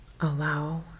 Allow